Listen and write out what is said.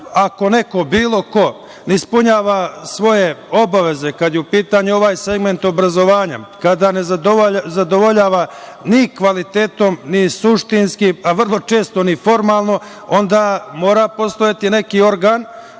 ako neko, bilo ko, ne ispunjava svoje obaveze kada je u pitanju ovaj segment obrazovanja, kada ne zadovoljava ni kvalitetom, ni suštinski, a vrlo često ni formalno, onda mora postojati neki organ,